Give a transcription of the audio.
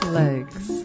legs